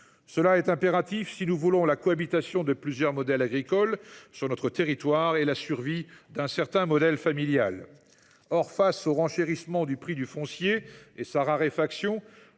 Cela est impératif si nous voulons la cohabitation de plusieurs modèles agricoles sur notre territoire et la survie d’un certain modèle familial. Or, face au renchérissement du prix du foncier et à sa raréfaction,